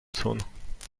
tun